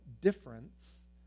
difference